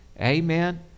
amen